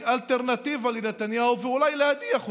אלטרנטיבה לנתניהו ואולי להדיח אותו.